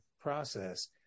process